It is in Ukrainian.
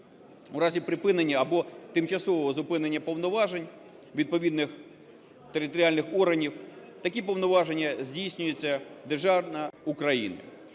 У разі припинення або тимчасового зупинення повноважень відповідних територіальних органів такі повноваження здійснює Державна